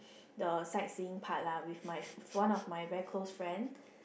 the sightseeing part lah with my one of my very close friend